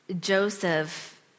Joseph